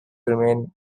remain